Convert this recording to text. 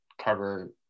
cover